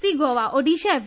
C Goa Odisha F